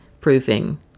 proofing